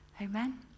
Amen